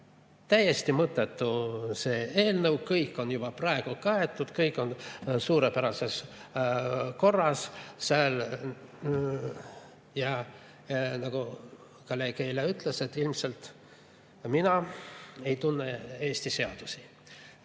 Täiesti mõttetu on see eelnõu, kõik on juba praegu kaetud, kõik on suurepärases korras sääl. Ja nagu kolleeg eile ütles, ilmselt mina ei tunne Eesti seadusi